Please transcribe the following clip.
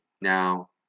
now